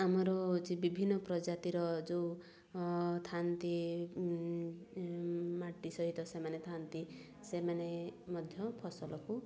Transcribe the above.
ଆମର ହେଉଛି ବିଭିନ୍ନ ପ୍ରଜାତିର ଯେଉଁ ଥାଆନ୍ତି ମାଟି ସହିତ ସେମାନେ ଥାଆନ୍ତି ସେମାନେ ମଧ୍ୟ ଫସଲକୁ